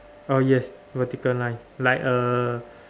oh yes vertical line like a